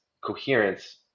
coherence